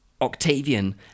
Octavian